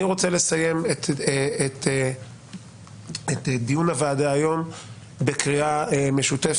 אני רוצה לסיים את דיון הוועדה היום בקריאה משותפת,